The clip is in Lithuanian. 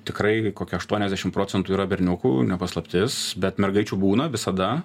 tikrai kokia aštuoniasdešim procentų yra berniukų ne paslaptis bet mergaičių būna visada